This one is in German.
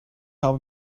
habe